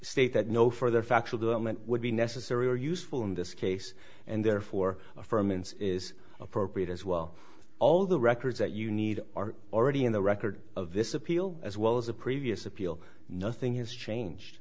state that no further factual development would be necessary or useful in this case and therefore affirm and is appropriate as well all the records that you need are already in the record of this appeal as well as a previous appeal nothing has changed